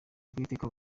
bw’iteka